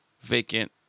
vacant